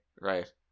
Right